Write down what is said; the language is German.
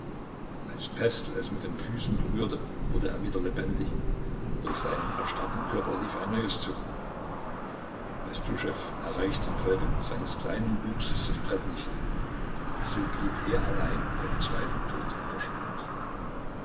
als pestel es mit den füßen berührte wurde er wieder lebendig durch seinen erstarrten körper lief ein neues zucken bestuschew erreichte infolge seines kleinen wuchses das brett nicht so blieb er allein vom zweiten tod verschont